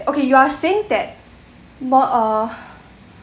okay you are saying that more uh